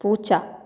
പൂച്ച